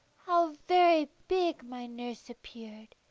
how very big my nurse appeared.